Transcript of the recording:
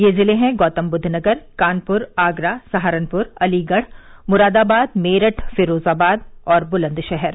ये जिले हैं गौतमबुद्वनगर कानपुर आगरा सहारनपुर अलीगढ़ मुरादाबाद मेरठ फिरोजाबाद और बुलंदशहर